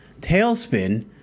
Tailspin